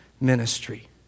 ministry